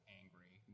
angry